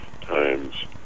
times